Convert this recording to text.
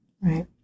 Right